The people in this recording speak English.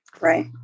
right